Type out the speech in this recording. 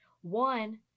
One